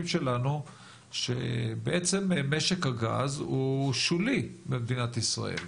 שלנו שבעצם משק הגז הוא שולי במדינת ישראל.